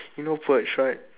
you know purge right